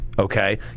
Okay